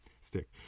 stick